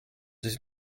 this